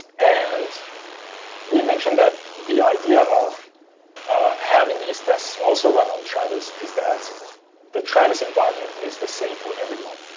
and we mentioned that the idea of having these tests also run on travis is that the travis environment is the same for everyone.